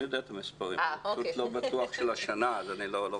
אני יודע את המספרים, אבל לא של השנה הנוכחית.